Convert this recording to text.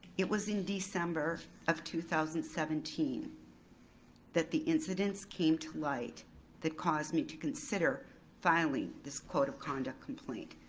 it was in december of two thousand and seventeen that the incidents came to light that caused me to consider filing this code of conduct complaint.